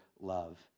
love